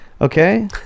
Okay